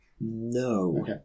no